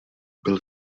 byl